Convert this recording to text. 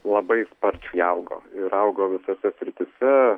labai sparčiai augo ir augo visose srityse